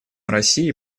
россии